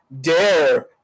dare